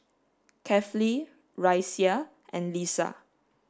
Kefli Raisya and Lisa